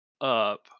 up